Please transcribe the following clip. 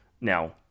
Now